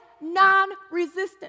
non-resistance